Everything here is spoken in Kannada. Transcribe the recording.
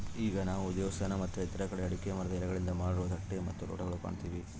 ಈಗ ನಾವು ದೇವಸ್ಥಾನ ಮತ್ತೆ ಇತರ ಕಡೆ ಅಡಿಕೆ ಮರದ ಎಲೆಗಳಿಂದ ಮಾಡಿರುವ ತಟ್ಟೆ ಮತ್ತು ಲೋಟಗಳು ಕಾಣ್ತಿವಿ